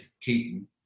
Keaton